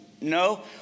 no